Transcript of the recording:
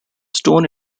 stone